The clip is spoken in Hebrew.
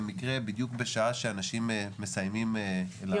במקרה בדיוק בשעה שאנשים מסיימים לעבוד -- מירב בן ארי,